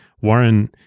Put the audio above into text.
Warren